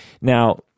Now